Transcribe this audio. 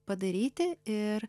padaryti ir